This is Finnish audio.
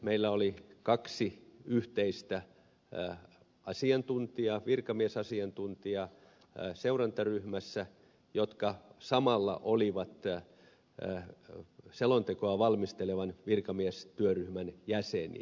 meillä oli kaksi yhteistä virkamiesasiantuntijaa seurantaryhmässä jotka samalla olivat selontekoa valmistelevan virkamiestyöryhmän jäseniä